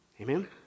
Amen